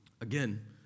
Again